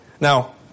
Now